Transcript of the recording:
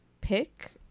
pick